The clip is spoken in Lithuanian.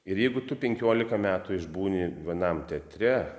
ir jeigu tu penkiolika metų išbūni vienam teatre